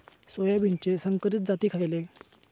सोयाबीनचे संकरित जाती खयले?